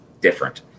different